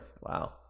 wow